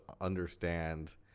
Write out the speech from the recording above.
understand